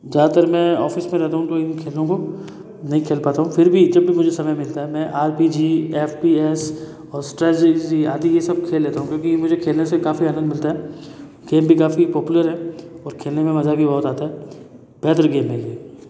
ज़्यादातर मैं ऑफिस में रहता हूँ तो इन खेलों को नहीं खेल पाता हूँ फिर भी जब भी मुझे समय मिलता है मैं R P G F P S और स्ट्रेजी आदि ये सब खेल लेता हूँ क्योंकि मुझे खेलने से काफ़ी आनंद मिलता है खेल भी काफ़ी पॉपुलर है और खेलने में मजा भी बहुत आता है बेहतर गेम है ये